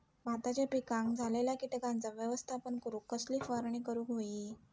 भाताच्या पिकांक झालेल्या किटकांचा व्यवस्थापन करूक कसली फवारणी करूक होई?